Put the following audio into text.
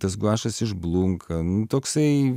tas guašas išblunka nu toksai